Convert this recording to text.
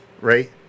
right